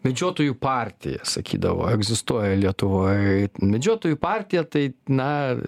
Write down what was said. medžiotojų partija sakydavo egzistuoja lietuvoj medžiotojų partija tai na